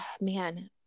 man